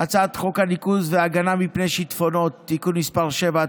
הצעת חוק הניקוז וההגנה מפני שיטפונות (תיקון מס' 7),